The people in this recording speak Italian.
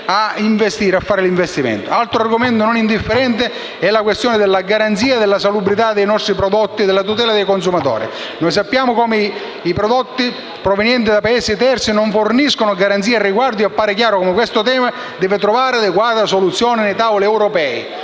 Altro argomento non indifferente è la questione della garanzia della salubrità dei nostri prodotti e della tutela dei consumatori. Sappiamo come i prodotti provenienti dai Paesi terzi non forniscono garanzie al riguardo e appare chiaro come questo tema debba trovare adeguata soluzione nei tavoli europei.